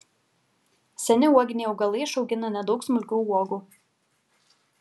seni uoginiai augalai išaugina nedaug smulkių uogų